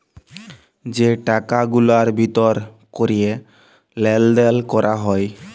যে টাকা গুলার ভিতর ক্যরে লেলদেল ক্যরা হ্যয়